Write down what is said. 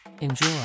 Enjoy